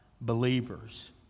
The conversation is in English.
believers